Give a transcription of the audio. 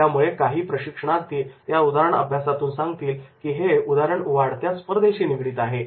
त्यामुळे काही प्रशिक्षणार्थी या उदाहरण अभ्यासातून सांगतील की हे उदाहरण वाढत्या स्पर्धेशी निगडीत आहे